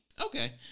Okay